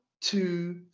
two